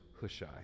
Hushai